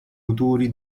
autori